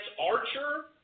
Archer